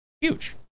Huge